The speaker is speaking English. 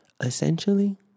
Essentially